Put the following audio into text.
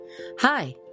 Hi